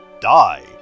die